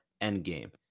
Endgame